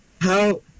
how-